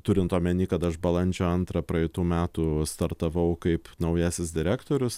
turint omeny kad aš balandžio antrą praeitų metų startavau kaip naujasis direktorius